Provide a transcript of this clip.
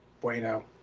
bueno